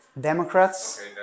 Democrats